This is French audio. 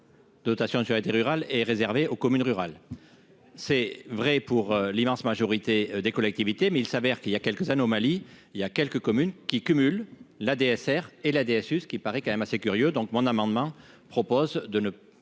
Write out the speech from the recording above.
Dotation sur été rural et réservé aux communes rurales, c'est vrai pour l'immense majorité des collectivités mais il s'avère qu'il y a quelques anomalies, il y a quelques communes qui cumule la DSR et la DSU, ce qui paraît quand même assez curieux, donc mon amendement propose de ne pas